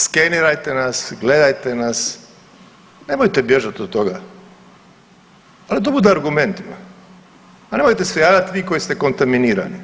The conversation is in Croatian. Skenirajte nas, gledajte nas, nemojte bježat od toga, ali da bude argumentima, a nemojte se javljat vi koji ste kontaminirani.